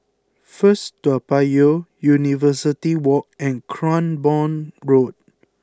First Toa Payoh University Walk and Cranborne Road